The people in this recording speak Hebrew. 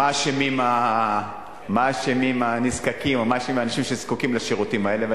מה אשמים הנזקקים או מה אשמים האנשים שזקוקים לשירותים האלה?